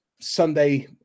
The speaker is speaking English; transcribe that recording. Sunday